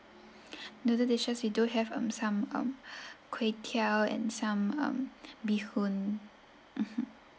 noodle dishes we do have um some um kway teow and some um bee hoon mmhmm